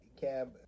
Cab